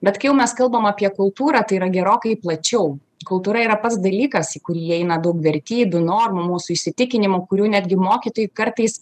bet kai jau mes kalbam apie kultūrą tai yra gerokai plačiau kultūra yra pats dalykas į kurį įeina daug vertybių normų mūsų įsitikinimų kurių netgi mokytojai kartais